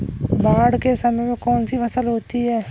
बाढ़ के समय में कौन सी फसल होती है?